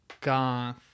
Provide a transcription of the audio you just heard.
Goth